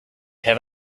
have